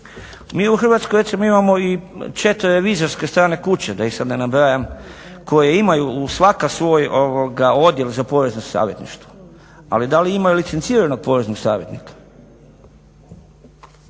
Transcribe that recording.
Mi u Hrvatskoj recimo imamo i 4 revizorske strane kuće, da ih sad ne nabrajam, koje imaju svaka svoj odjel za porezno savjetništvo, ali da li imaju licenciranog poreznog savjetnika?